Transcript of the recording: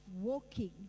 walking